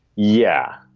yeah.